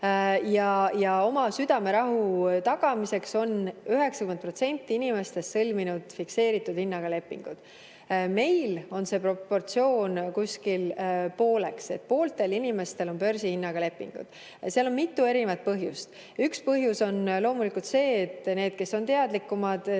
oma südamerahu tagamiseks on 90% inimestest sõlminud fikseeritud hinnaga lepingud. Meil on see proportsioon kuskil pooleks, pooltel inimestel on börsihinnaga lepingud. Seal on mitu põhjust. Üks põhjus on loomulikult see, et need, kes on teadlikumad,